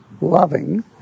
loving